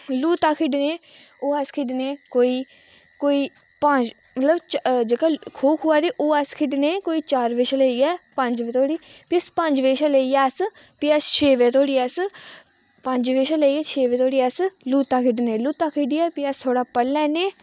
लूता खेढने ओह् अस खेढने कोई कोई पंज मतलब जेह्का खो खो ऐ ते ओह् अस खेढने कोई चार बजे शा लेइयै पंज बजे धोड़ी फ्ही अस पंज बजे शा लेइयै अस फ्ही अस छे बजे धोड़ी अस पंज बजे शा लेइयै छे बजे धोड़ी अस लूता खेढने लूता खेढियै फ्ही अस थोह्ड़ा पढ़ी लैन्ने